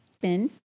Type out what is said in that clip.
Ben